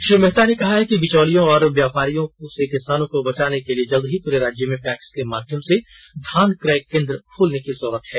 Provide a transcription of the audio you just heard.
श्री मेहता ने कहा है कि बिचौलियों व व्यापारियों से किसानों को बचाने के लिए जल्द ही पूरे राज्य में पैक्स के माध्यम से धान क्रय केंद्र खोलने की जरूरत है